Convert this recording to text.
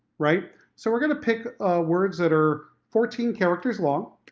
right? so we're gonna pick words that are fourteen characters long.